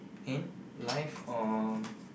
in life or